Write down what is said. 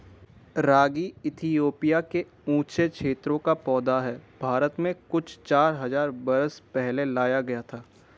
रागी Ethiopia के ऊँचे क्षेत्रों का पौधा है भारत में कुछ चार हज़ार बरस पहले लाया गया था